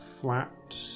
flat